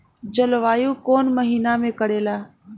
जलवायु कौन महीना में करेला?